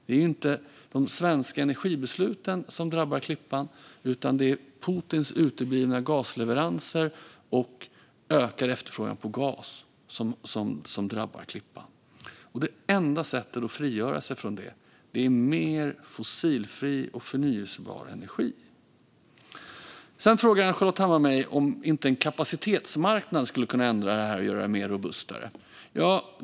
Det är inte de svenska energibesluten som drabbar Klippan, utan det är Putins uteblivna gasleveranser och en ökad efterfrågan på gas som ligger bakom detta. Det enda sättet att frigöra sig från det här är mer fossilfri och förnybar energi. Ann-Charlotte Hammar Johnsson frågade mig vidare om en kapacitetsmarknad möjligen skulle kunna ändra detta och göra det hela mer robust.